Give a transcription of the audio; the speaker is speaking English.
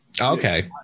Okay